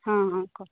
हां हां